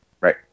Right